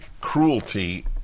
cruelty